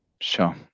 Sure